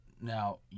now